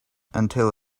until